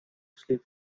sleep